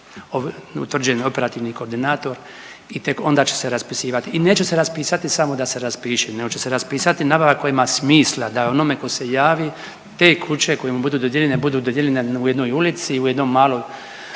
utvrđeni operativni koordinator i tek onda će se raspisivati. I neće se raspisati samo da se raspiše nego će se raspisati nabava koja ima smisla da onome ko se javi te kuće koje mu budu dodijeljene u jednoj ulici u jednom malom